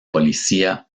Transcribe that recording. policía